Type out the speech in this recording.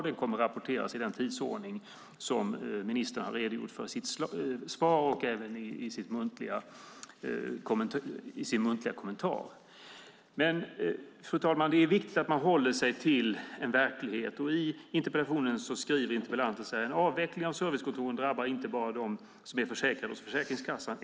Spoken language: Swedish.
Det kommer att rapporteras i den tidsordning som ministern i sitt svar och även i en muntlig kommentar redogjort för. Fru talman! Det är viktigt att hålla sig till verkligheten. I interpellationen skriver interpellanten: "En avveckling av servicekontoren drabbar inte bara dem som är försäkrade hos Försäkringskassan.